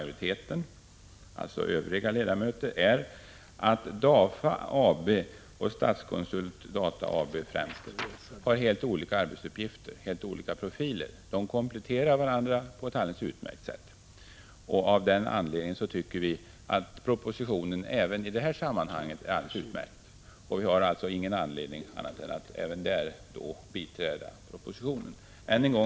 Jag yrkar bifall till reservationen.